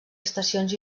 estacions